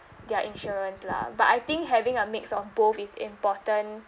their insurance lah but I think having a mix of both is important